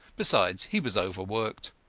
besides, he was overworked.